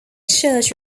church